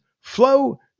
Flow